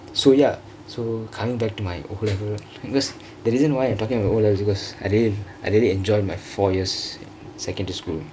so ya so comingk back to my O level because the reason why I am talkingk about my O levels is because I I I really enjoyed my four years in secondary school